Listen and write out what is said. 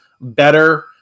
better